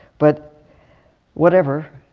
but whatever,